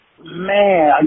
man